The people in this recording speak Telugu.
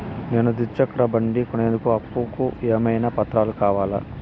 నేను ద్విచక్ర బండి కొనేందుకు అప్పు కు ఏమేమి పత్రాలు కావాలి?